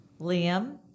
Liam